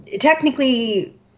Technically